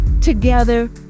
Together